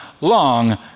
long